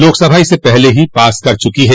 लोकसभा इसे पहले ही पास कर चुकी है